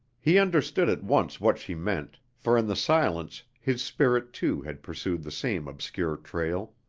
he understood at once what she meant for in the silence his spirit too had pursued the same obscure trail.